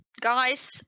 guys